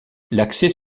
l’accès